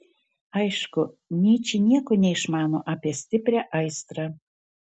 aišku nyčė nieko neišmano apie stiprią aistrą